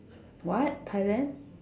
what Thailand